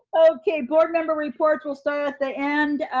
okay, board member reports, we'll start at the end,